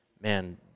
man